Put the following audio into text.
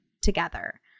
together